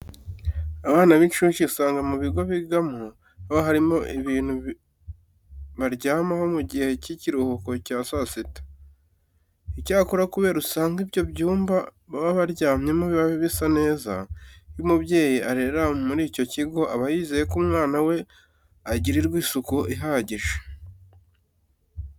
Abana b'incuke usanga mu bigo bigamo haba harimo ibitanda baryamaho mu gihe cy'ikiruhuko cya saa sita. Icyakora kubera ko usanga ibyo byumba baba baryamyemo biba bisa neza, iyo umubyeyi arerera muri icyo kigo aba yizeye ko umwana we agirirwa isuku ihagije.